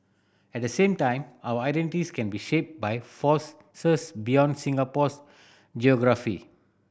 at the same time our identities can be shaped by force beyond Singapore's geography